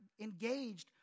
engaged